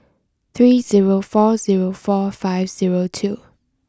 three zero four zero four five zero two